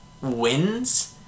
wins